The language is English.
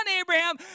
Abraham